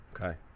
Okay